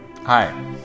hi